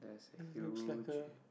this looks like a